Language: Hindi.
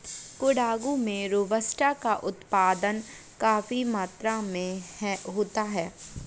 कोडागू में रोबस्टा का उत्पादन काफी मात्रा में होता है